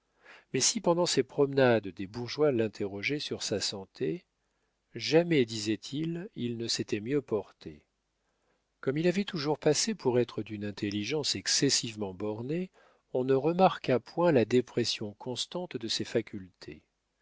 mais si pendant ses promenades des bourgeois l'interrogeaient sur sa santé jamais disait-il il ne s'était mieux porté comme il avait toujours passé pour être d'une intelligence excessivement bornée on ne remarqua point la dépression constante de ses facultés